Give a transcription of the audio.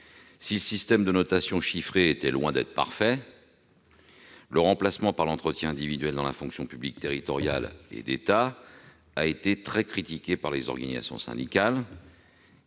Si le système de notation chiffrée était loin d'être parfait, le remplacement par l'entretien individuel dans la fonction publique territoriale et d'État a été très critiqué par les organisations syndicales,